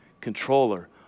controller